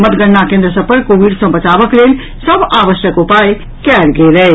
मतगणना केन्द्र सभ पर कोविड सँ बचावक लेल सभ आवश्यक उपाय कयल गेल अछि